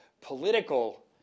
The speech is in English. political